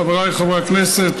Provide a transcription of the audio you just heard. חברי הכנסת,